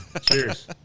Cheers